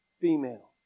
female